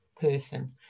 person